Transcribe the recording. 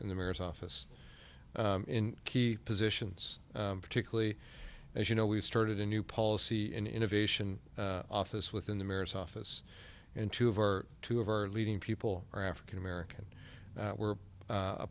in the mayor's office in key positions particularly as you know we've started a new policy in innovation office within the mare's office and two of our two of our leading people are african american we're